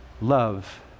Love